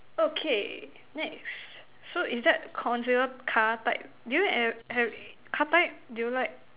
okay next so is that consider car type do you ever have car type do you like